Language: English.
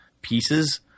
pieces